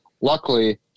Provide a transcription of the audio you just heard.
Luckily